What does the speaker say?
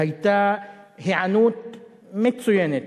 היתה היענות מצוינת,